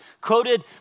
quoted